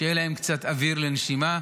שיהיה להם קצת אוויר לנשימה,